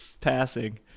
passing